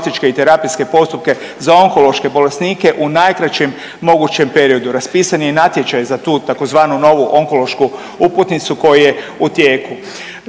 i terapijske postupke za onkološke bolesnike u najkraćem mogućem periodu. Raspisan je i natječaj za tu tzv. novu onkološku uputnicu koji je u tijeku.